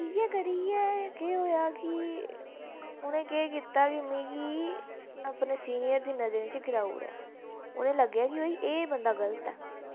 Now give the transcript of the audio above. इयै करियै केह् होआ कि उनें केह् कीता कि मिगी अपने स्कूल सिनीयर दे नजरें च गिराई ओड़ेआ उनें ई लग्गेआ कि भाई एह् बंदा गल्त ऐ